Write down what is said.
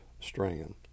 Strand